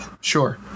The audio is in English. sure